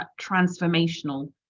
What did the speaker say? transformational